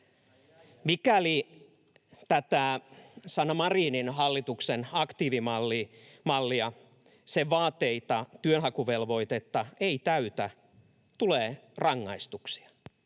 Mikäli tätä Sanna Marinin hallituksen aktiivimallia, sen vaateita, työnhakuvelvoitetta ei täytä, tule rangaistuksia.